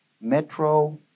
Metro